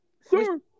sir